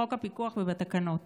בחוק הפיקוח ובתקנות.